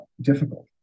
difficult